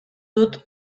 dut